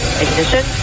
ignition